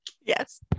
Yes